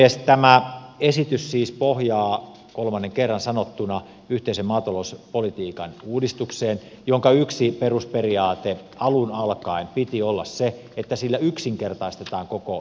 tämä esitys siis pohjaa kolmannen kerran sanottuna yhteisen maatalouspolitiikan uudistukseen jonka yhtenä perusperiaatteena alun alkaen piti olla se että sillä yksinkertaistetaan koko järjestelmää